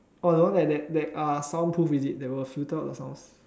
oh that one that that that soundproof is it they will filter out the soundproof